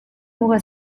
muga